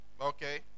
Okay